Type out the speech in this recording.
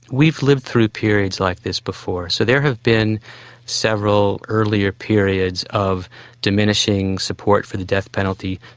we've lived through periods like this before. so there have been several earlier periods of diminishing support for the death penalty,